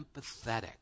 empathetic